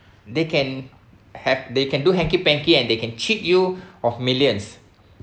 they can have they can do hanky-panky and they can cheat you of millions